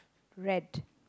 read